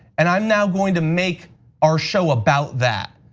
and i'm now going to make our show about that,